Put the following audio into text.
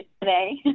today